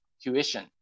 tuition